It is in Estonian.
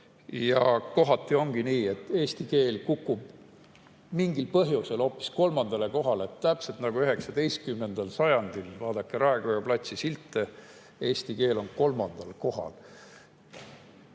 Kohati ongi nii, et eesti keel kukub mingil põhjusel hoopis kolmandale kohale, täpselt nagu 19. sajandil. Vaadake Raekoja platsi silte, eesti keel on kolmandal kohal.